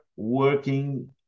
working